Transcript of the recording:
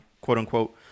quote-unquote